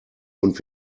und